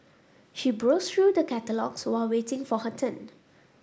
she browsed through the catalogues while waiting for her turn